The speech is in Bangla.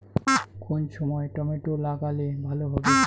কোন সময় টমেটো লাগালে ভালো হবে?